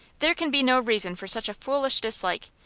there can be no reason for such a foolish dislike.